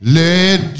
let